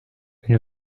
une